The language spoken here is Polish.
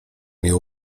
mnie